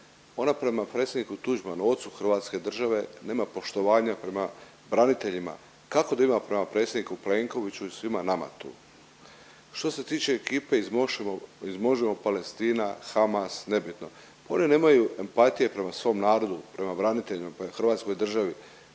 Ona prema predsjedniku Tuđmanu ocu hrvatske države nema poštovanja prema braniteljima, kako da ima prema predsjedniku Plenkoviću i svima nama tu? Što se tiče ekipe iz Možemo! Palestina, Hamas nebitno, oni nemaju empatije prema svom narodu, prema braniteljima, hrvatskoj državi.